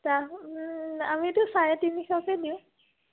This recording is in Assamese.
চাহ আমিতো চাৰে তিনিশকৈ দিওঁ